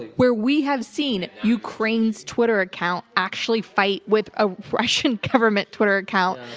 where we have seen ukraine's twitter account actually fight with a russian government twitter account.